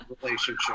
relationship